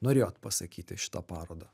norėjot pasakyti šita paroda